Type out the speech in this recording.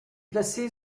placé